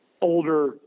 older